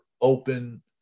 open